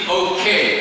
okay